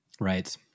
Right